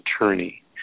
attorney